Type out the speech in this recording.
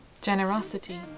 generosity